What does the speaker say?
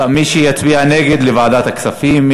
ועדת הכספים, מי שיצביע נגד, לוועדת הכספים.